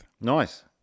Nice